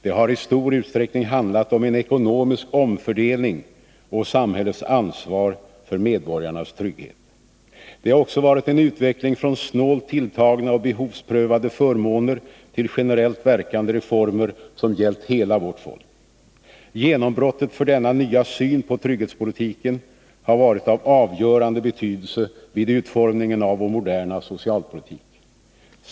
Det har i stor utsträckning handlat om en ekonomisk omfördelning och samhällets ansvar för medborgarnas trygghet. Det har också varit en utveckling från snålt tilltagna och behovsprövade förmåner till generellt verkande reformer som gällt hela vårt folk. Genombrottet för denna nya syn på trygghetspolitiken har varit av avgörande betydelse vid utformningen av vår moderna socialpolitik.